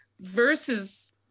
versus